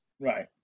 Right